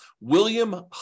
William